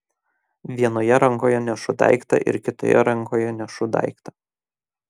vienoje rankoje nešu daiktą ir kitoje rankoje nešu daiktą